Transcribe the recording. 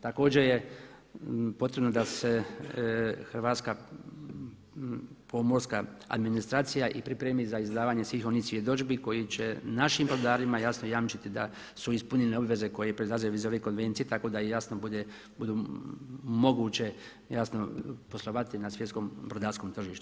Također je potrebno da se Hrvatska pomorska administracija i pripremi za izdavanje svih onih svjedodžbi koji će našim brodarima jasno jamčiti da su ispunjene obveze koje proizlaze iz ove Konvencije tako da jasno bude moguće, jasno poslovati na svjetskom brodarsko tržištu.